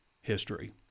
history